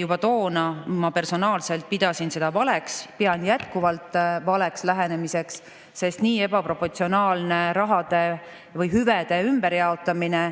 juba toona ma personaalselt pidasin seda valeks ja pean jätkuvalt valeks lähenemiseks, sest nii ebaproportsionaalne hüvede ümberjaotamine